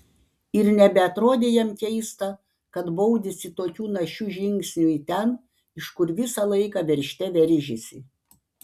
ir nebeatrodė jam keista kad baudėsi tokiu našiu žingsniu į ten iš kur visą laiką veržte veržėsi